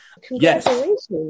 Congratulations